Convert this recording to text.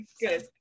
Good